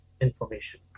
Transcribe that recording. information